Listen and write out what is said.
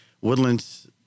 Woodlands